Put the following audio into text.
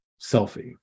selfie